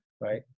right